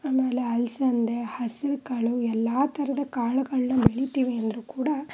ಆಮೇಲೆ ಅಲಸಂದೆ ಹೆಸ್ರುಕಾಳು ಎಲ್ಲ ಥರದ ಕಾಳುಗಳನ್ನ ಬೆಳೀತೀವಿ ಅಂದರೂ ಕೂಡ